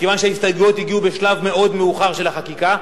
מכיוון שההסתייגויות הגיעו בשלב מאוד מאוחר של החקיקה,